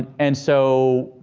and so,